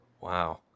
Wow